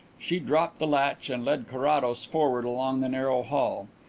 she dropped the latch and led carrados forward along the narrow hall.